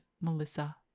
Melissa